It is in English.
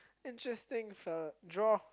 interesting fellow draw